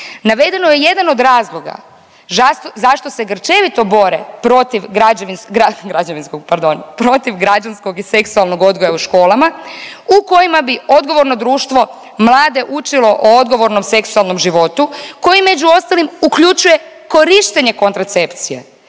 Navedeno je jedan od razloga zašto se grčevito bore protiv građevinskog, pardon, protiv građanskog i seksualnog odgoja u školama u kojima bi odgovorno društvo mlade učilo o odgovornom seksualnom životu koji među ostalim uključuje korištenje kontracepcije